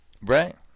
Right